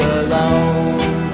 alone